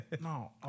No